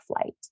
flight